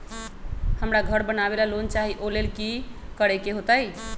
हमरा घर बनाबे ला लोन चाहि ओ लेल की की करे के होतई?